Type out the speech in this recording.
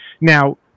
Now